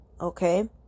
okay